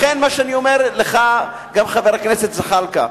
לכן, מה שאני אומר לך, גם, חבר הכנסת זחאלקה.